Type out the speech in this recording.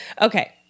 Okay